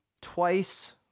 twice